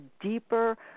deeper